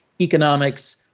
economics